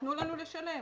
תנו לנו לשלם.